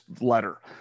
letter